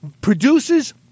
produces